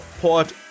Port